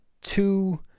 two